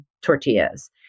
tortillas